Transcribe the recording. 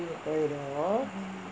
போயிரும்:poyiroom